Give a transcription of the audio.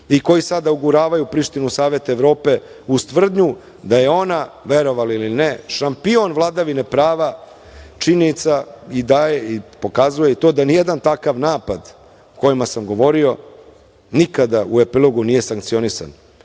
i koji sada uguravaju prištinu u Savet Evrope uz tvrdnju da je ona verovali ili ne šampion vladavine prava. Činjenica pokazuje i to da ni jedan takav napad o kojima sam govorio nikada u epilogu nije sankcionisan,